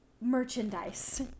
merchandise